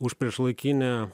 už priešlaikinį